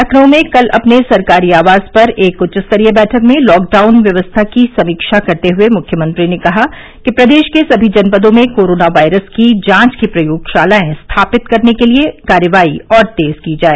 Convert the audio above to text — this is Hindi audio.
लखनऊ में कल अपने सरकारी आवास पर एक उच्च स्तरीय बैठक में लॉकडाउन व्यवस्था की समीक्षा करते हुए मुख्यमंत्री ने कहा कि प्रदेश के समी जनपदों में कोरोना वायरस की जांच की प्रयोगशालाएं स्थापित करने के लिए कार्यवाही और तेज की जाए